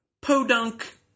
podunk